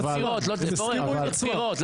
--- פורר, היו בחירות.